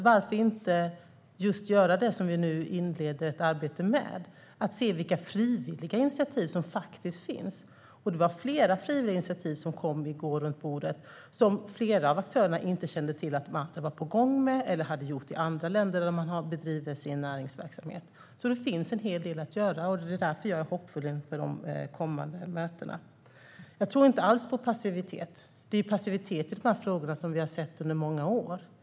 Varför inte göra det som vi nu inleder arbetet med, det vill säga se vilka frivilliga initiativ som faktiskt finns? Det kom fram att det sker flera frivilliga initiativ runt bordet i går, som flera av aktörerna inte kände till var på gång eller hade skett i andra länder där de har bedrivit näringsverksamhet. Det finns en hel del att göra, och det är därför jag är hoppfull inför de kommande mötena. Jag tror inte alls på passivitet. Det är en passivitet i frågorna som vi har sett under många år.